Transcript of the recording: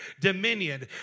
dominion